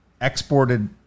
exported